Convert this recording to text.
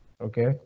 Okay